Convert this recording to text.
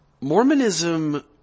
Mormonism